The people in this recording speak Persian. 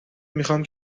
میخام